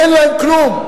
אין להם כלום.